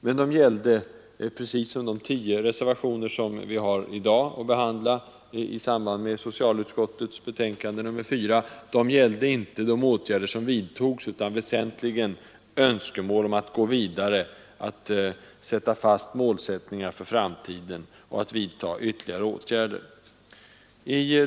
Men de gällde, precis som de tio reservationer vi i dag har att behandla i samband med socialutskottets betänkande nr 4, inte de åtgärder som vidtogs utan väsentligen önskemål om att gå vidare, att fastställa målsättningen för framtiden och att vidta ytterligare åtgärder.